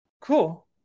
Cool